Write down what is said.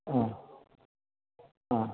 ആ ആ